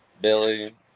Billy